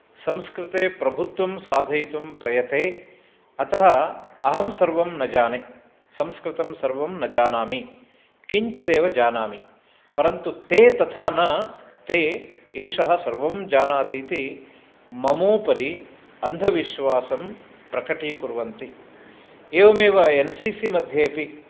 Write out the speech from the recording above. संस्कृते प्रभुत्वं साधयितुं प्रयते अतः अहं सर्वं न जाने संस्कृतं सर्वं न जानामि किञ्चिदेव जानामि परन्तु ते तथा न ते एषः सर्वं जानाति इति ममोपरि अन्धविश्वासं प्रकटीकुर्वन्ति एवमेव एन्सिसि मध्येपि